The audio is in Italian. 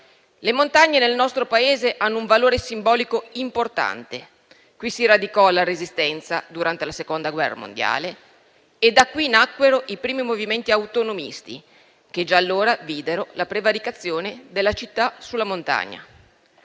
Le montagne hanno nel nostro Paese un valore simbolico importante. Vi si radicò la Resistenza durante la Seconda guerra mondiale e da lì nacquero i primi movimenti autonomisti, che già allora videro la prevaricazione della città sulla montagna.